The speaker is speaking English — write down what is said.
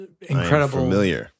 incredible